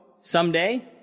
someday